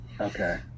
Okay